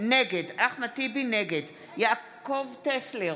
נגד יעקב טסלר,